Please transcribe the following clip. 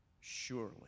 Surely